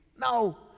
no